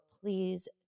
please